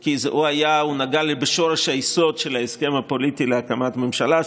כי הוא נגע בשורש היסוד של ההסכם הפוליטי להקמת ממשלה,